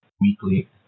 weekly